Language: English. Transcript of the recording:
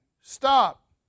stop